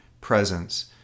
presence